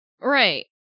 right